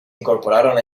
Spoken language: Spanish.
incorporaron